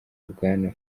bwana